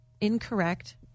incorrect –